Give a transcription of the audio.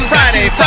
Friday